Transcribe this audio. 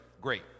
great